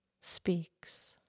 speaks